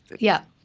yeah.